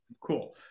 cool